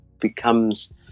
becomes